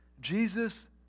Jesus